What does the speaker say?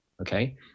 Okay